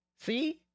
See